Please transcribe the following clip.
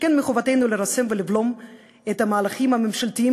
שכן מחובתנו לרסן ולבלום את המהלכים הממשלתיים